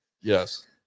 Yes